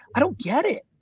i don't get it.